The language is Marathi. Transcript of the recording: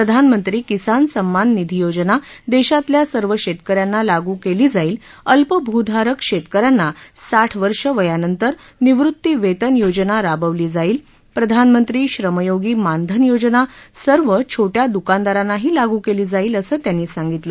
प्रधानमंत्री किसान सम्मान निधि योजना देशातल्या सर्व शेतकऱ्यांना लागू केली जाईल अल्प भू धारक शेतकऱ्यांना साठ वर्ष वयानंतर निवृत्ती वेतन योजना राबवली जाईल प्रधानमंत्री श्रम योगी मानधन योजना सर्व छोट्या दुकानदारांनाही लागू केली जाईल असं त्यांनी सांगितलं